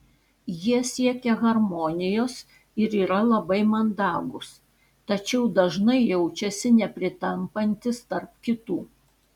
jie siekia harmonijos ir yra labai mandagūs tačiau dažnai jaučiasi nepritampantys tarp kitų